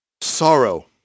sorrow